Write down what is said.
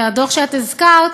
הדוח שהזכרת,